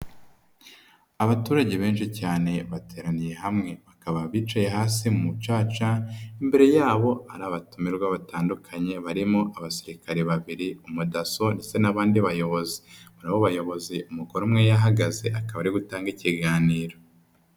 Abaturage benshi cyane bateraniye hamwe bakaba bicaye hasi mu mucaca, imbere yabo hari abatumirwa batandukanye barimo abasirikare babiri, umudaso ndetse n'abandi bayobozi, muri abo bayobozi umugore umwe yahagaze akaba ari gutange ikiganiro.